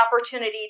opportunity